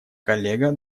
коллега